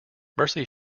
mercy